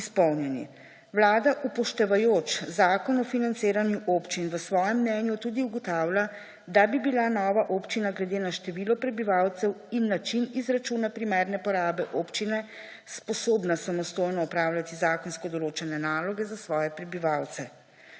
izpolnjeni. Vlada, upoštevajoč Zakon o financiranju občin, v svojem mnenju tudi ugotavlja, da bi bila nova občina glede na število prebivalcev in način izračuna primarne porabe občine sposobna samostojno opravljati zakonsko določene naloge za svoje prebivalce.